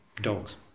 dogs